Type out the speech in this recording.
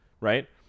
right